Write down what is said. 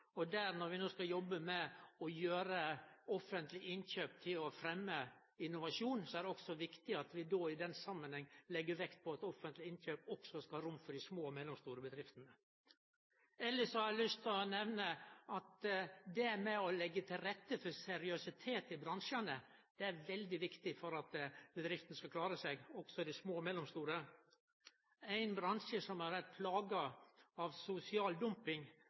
i distrikta. Når vi no skal jobbe med å gjere offentlege innkjøp innovasjonsfremjande, er det viktig at vi i den samanhengen legg vekt på at offentlege innkjøp også skal ha rom for små og mellomstore bedrifter. Elles har eg lyst å nemne at det å leggje til rette for seriøsitet i bransjane er veldig viktig for at bedriftene skal klare seg – også dei små og mellomstore. Ein bransje som har vore plaga av sosial dumping,